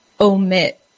omit